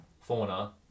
fauna